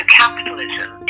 capitalism